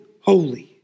holy